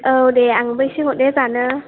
औ दे आंनोबो एसे हरदे जानो